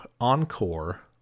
Encore